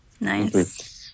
Nice